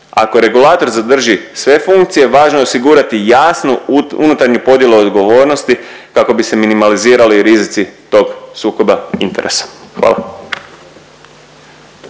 ako regulator zadrži sve funkcije važno je osigurati jasnu unutarnju podjelu odgovornosti kako bi se minimalizirali rizici tog sukoba interesa. Hvala.